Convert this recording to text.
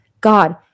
God